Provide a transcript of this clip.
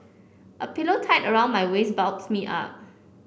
a pillow tied around my waist bulks me up